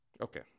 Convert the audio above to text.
Okay